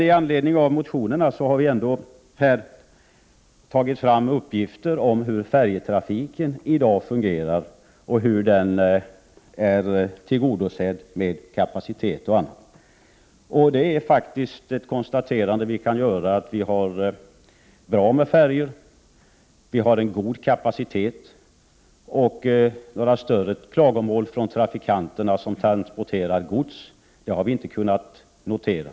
Med anledning av motionerna har vi ändå tagit fram uppgifter om hur färjetrafiken fungerar i dag och hur den är tillgodosedd med kapacitet och Prot. 1988/89:35 annat. Ett konstaterande som man kan göra är att vi har bra med färjor. Vi 30 november 1988 har god kapacitet, och några större klagomål från dem som transporterar SR gods har inte kunnat noteras.